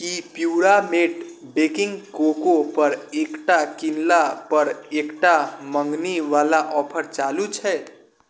कि प्युरामेट baking cocoa पर एकटा किनला पर एकटा मंगनी वला ऑफर चालू छै